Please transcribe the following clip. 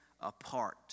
apart